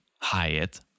Hyatt